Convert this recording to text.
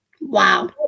Wow